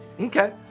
Okay